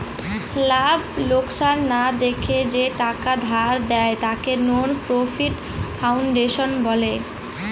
লাভ লোকসান না দেখে যে টাকা ধার দেয়, তাকে নন প্রফিট ফাউন্ডেশন বলে